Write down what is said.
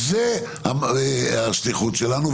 זו השליחות שלנו.